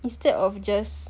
instead of just